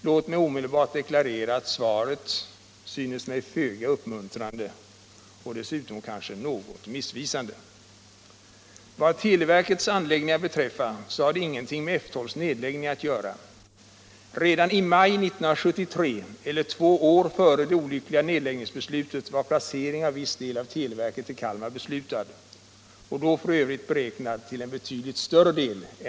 Låt mig omedelbart deklarera att svaret synes mig föga uppmuntrande och dessutom kanske något missvisande.